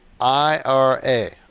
IRA